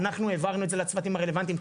העברנו את זה לצוותים הרלוונטיים.